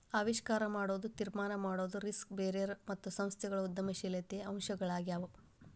ಆವಿಷ್ಕಾರ ಮಾಡೊದು, ತೀರ್ಮಾನ ಮಾಡೊದು, ರಿಸ್ಕ್ ಬೇರರ್ ಮತ್ತು ಸಂಸ್ಥೆಗಳು ಉದ್ಯಮಶೇಲತೆಯ ಅಂಶಗಳಾಗ್ಯಾವು